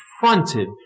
confronted